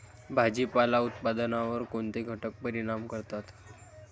भाजीपाला उत्पादनावर कोणते घटक परिणाम करतात?